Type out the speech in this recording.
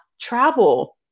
travel